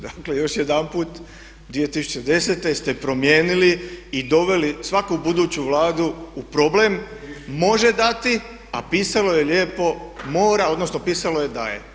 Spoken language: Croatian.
Dakle još jedanput 2010. ste promijenili i doveli svaku buduću Vladu u problem, može dati a pisalo je lijepo mora, odnosno pisalo je daje.